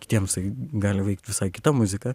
kitiems tai gali veikt visai kita muzika